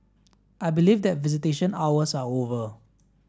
I believe that visitation hours are over